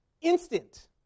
Instant